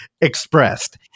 expressed